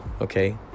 okay